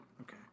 Okay